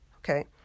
Okay